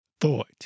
thought